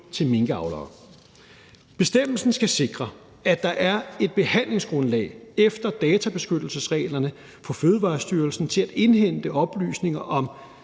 til minkavlere. Bestemmelsen skal sikre, at der er et behandlingsgrundlag efter databeskyttelsesreglerne for Fødevarestyrelsen til at indhente oplysninger om